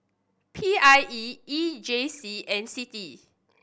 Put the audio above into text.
P I E E J C and CITI